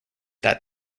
that